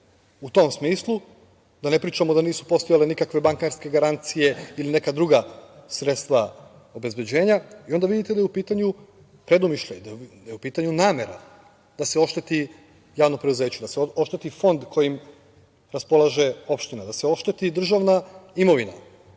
u tom smislu. Da ne pričamo da nisu postojale nikakve bankarske garancije ili neka druga sredstva obezbeđenja i onda vidite da je u pitanju predumišljaj, da je u pitanju namera da se ošteti javno preduzeće, da se ošteti fond kojim raspolaže opština, da se ošteti državna imovina.